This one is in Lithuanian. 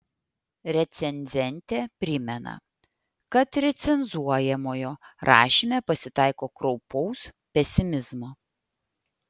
recenzentė primena kad recenzuojamojo rašyme pasitaiko kraupaus pesimizmo